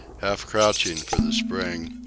half crouching for the spring,